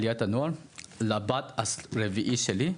אתמול הייתי בעליית הנוער לבת הרביעית שלי.